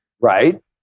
Right